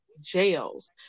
jails